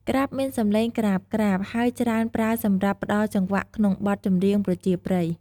ក្រាប់មានសំឡេងក្រាបៗ ហើយច្រើនប្រើសម្រាប់ផ្តល់ចង្វាក់ក្នុងបទចម្រៀងប្រជាប្រិយ។